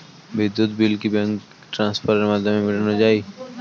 বিদ্যুৎ বিল কি ব্যাঙ্ক ট্রান্সফারের মাধ্যমে মেটানো য়ায়?